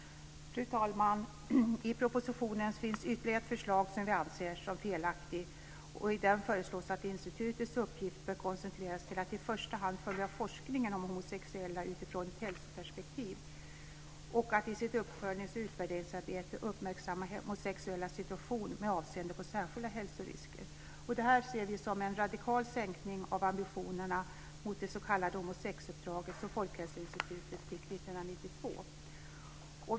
Fru talman! I propositionen finns ytterligare ett förslag som vi anser som felaktigt. I det föreslås att institutets uppgift bör koncentreras till att i första hand följa forskningen om homosexuella utifrån ett folkhälsoperspektiv och att det i sitt uppföljnings och utvärderingsarbete ska uppmärksamma homosexuellas situation med avseende på särskilda hälsorisker. Detta ser vi som en radikal sänkning av ambitionerna jämfört med det s.k. homosexuppdrag som Folkhälsoinstitutet fick 1992.